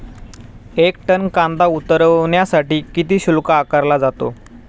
एक टन कांदा उतरवण्यासाठी किती शुल्क आकारला जातो?